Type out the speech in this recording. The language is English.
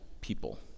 people